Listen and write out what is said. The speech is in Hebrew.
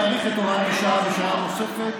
להאריך את הוראת השעה בשנה נוספת,